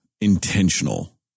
intentional